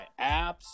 apps